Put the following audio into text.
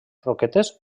roquetes